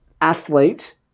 athlete –